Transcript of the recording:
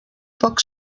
poc